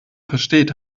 versteht